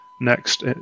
next